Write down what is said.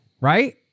right